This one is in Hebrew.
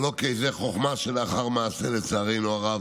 אבל אוקיי, זאת חוכמה שלאחר מעשה, לצערנו הרב.